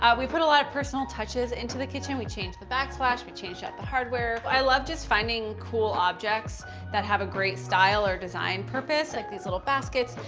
we put a lot of personal touches into the kitchen. we changed the backsplashes, we changed out the hardware. i love just finding cool objects that have a great style or design purpose. like these little baskets,